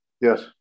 Yes